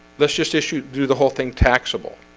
let's just issue do the whole thing taxable.